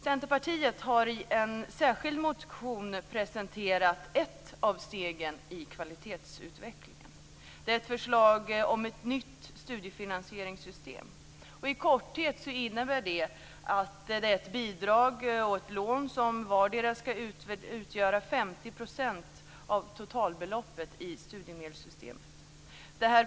Centerpartiet har i en särskild motion presenterat ett av stegen i kvalitetsutvecklingen. Det är ett förslag till ett nytt studiefinansieringssystem. I korthet innebär det bidrag och lån om vartdera 50 % av totalbeloppet i studiemedelssystemet.